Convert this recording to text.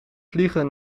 vliegen